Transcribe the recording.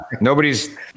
nobody's